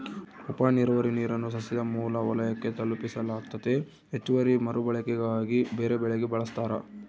ಉಪನೀರಾವರಿ ನೀರನ್ನು ಸಸ್ಯದ ಮೂಲ ವಲಯಕ್ಕೆ ತಲುಪಿಸಲಾಗ್ತತೆ ಹೆಚ್ಚುವರಿ ಮರುಬಳಕೆಗಾಗಿ ಬೇರೆಬೆಳೆಗೆ ಬಳಸ್ತಾರ